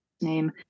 name